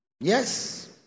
yes